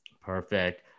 Perfect